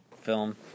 film